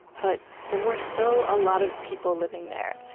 but there were still a lot of people living there.